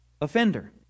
offender